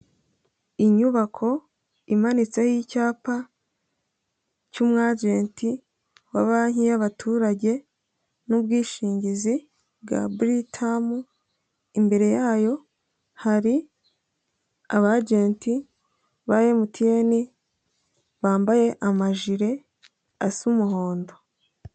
Inyubako imanitseho icyapa cy'umwajenti wa banki y'abaturage n'ubwishingizi bwa Britam, imbere yayo hari abajenti ba MTN, bambaye amajire asa umuhondo.